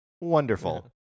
wonderful